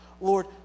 Lord